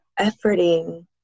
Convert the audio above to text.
efforting